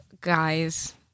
Guys